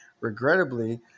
Regrettably